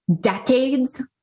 decades